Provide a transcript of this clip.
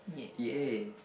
ya